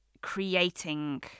creating